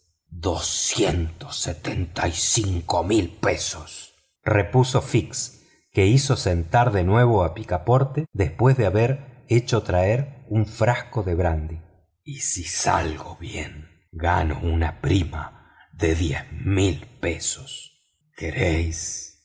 cincuenta y cinco mil libras repuso fix que hizo sentar de nuevo a picaporte después de haber hecho traer un frasco de brandy y si salgo bien gano una prima de dos mil libras queréis